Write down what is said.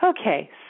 Okay